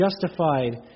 justified